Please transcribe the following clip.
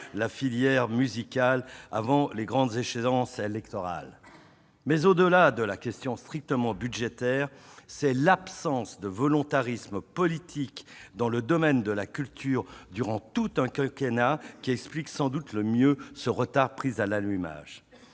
la filière musicale à l'approche des grandes échéances électorales. Mais, au-delà de la question strictement budgétaire, c'est l'absence de volontarisme politique dans le domaine de la culture durant tout un quinquennat qui explique sans doute le mieux ce retard à l'allumage.